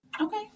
Okay